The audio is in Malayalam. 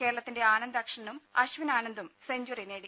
കേരളത്തിന്റെ ആനന്ദ് അഷ്ണനും അശ്വിൻ ആനന്ദും സെഞ്ച്വറി നേടി